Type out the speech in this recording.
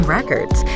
Records